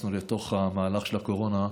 שנכנסנו למהלך של הקורונה.